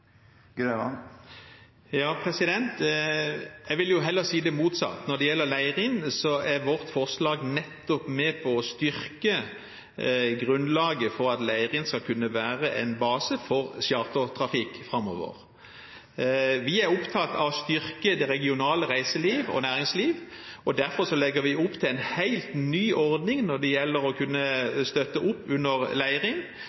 motsatt: Når det gjelder Leirin, er forliket nettopp med på å styrke grunnlaget for at Leirin skal kunne være en base for chartertrafikk framover. Vi er opptatt av å styrke det regionale reiselivet og næringslivet, og derfor legger vi opp til en helt ny ordning når det gjelder å kunne